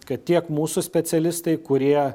kad tiek mūsų specialistai kurie